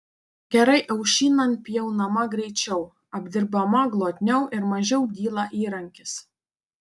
gerai aušinant pjaunama greičiau apdirbama glotniau ir mažiau dyla įrankis